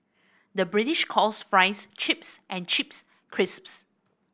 the British calls fries chips and chips crisps